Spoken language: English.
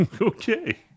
Okay